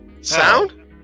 Sound